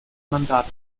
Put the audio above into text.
mandat